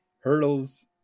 hurdles